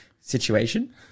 situation